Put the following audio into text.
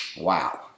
Wow